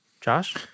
Josh